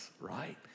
right